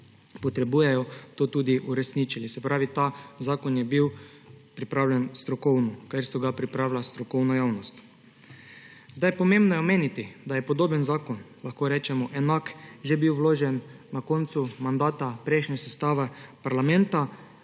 potrebujejo, to tudi uresničili. Ta zakon je bil pripravljen strokovno, ker ga je pripravila strokovna javnost. Pomembno je omeniti, da je bil podoben zakon, lahko rečemo enak, že vložen na koncu mandata prejšnje sestave parlamenta.